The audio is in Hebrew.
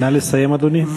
נא לסיים, אדוני.